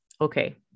Okay